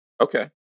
Okay